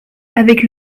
avec